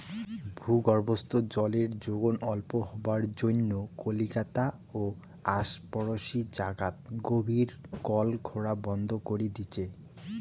ভূগর্ভস্থ জলের যোগন অল্প হবার জইন্যে কলিকাতা ও আশপরশী জাগাত গভীর কল খোরা বন্ধ করি দিচে